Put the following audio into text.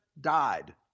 died